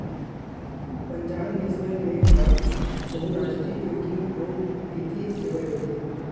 Punjab National Bank ह बहुरास्टीय banking अउ बित्तीय सेवा देथे